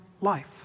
life